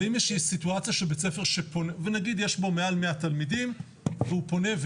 אבל אם יש סיטואציה של בית ספר ונגיד בו יש מעל 100 תלמידים והוא פונה,